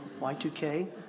Y2K